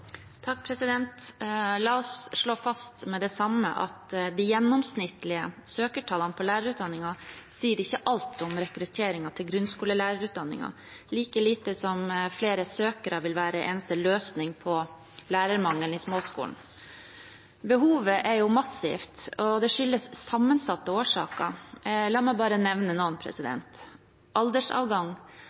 La oss slå fast med det samme at de gjennomsnittlige søkertallene på lærerutdanningen ikke sier alt om rekrutteringen til grunnskolelærerutdanningen, like lite som at flere søkere vil være eneste løsning på lærermangelen i småskolen. Behovet er massivt, og det har sammensatte årsaker. La meg bare nevne noen: aldersavgang,